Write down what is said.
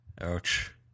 Ouch